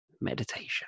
meditation